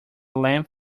lamp